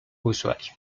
usuario